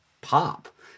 pop